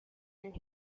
and